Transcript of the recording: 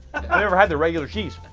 i never had the regular cheese,